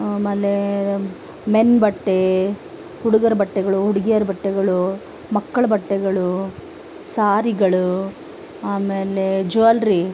ಆಮೇಲೆ ಮೆನ್ ಬಟ್ಟೆ ಹುಡುಗರ ಬಟ್ಟೆಗಳು ಹುಡುಗಿಯರ ಬಟ್ಟೆಗಳು ಮಕ್ಕಳ ಬಟ್ಟೆಗಳು ಸಾರಿಗಳು ಆಮೇಲೆ ಜುವಲ್ರಿ